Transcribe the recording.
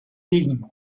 ligen